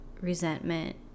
resentment